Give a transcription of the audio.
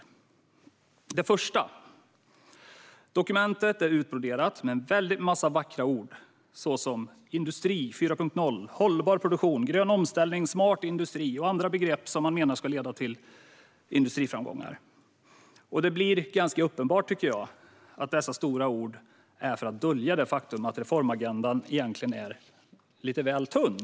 För det första är dokumentet utbroderat med en väldig massa vackra ord, såsom Industri 4.0, hållbar produktion, grön omställning, smart industri och andra begrepp som man menar ska leda till industriframgångar. Jag tycker att det blir ganska uppenbart att dessa stora ord är till för att dölja det faktum att reformagendan egentligen är väl tunn.